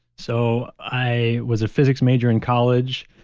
so i was a physics major in college.